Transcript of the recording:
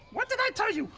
what did i tell you?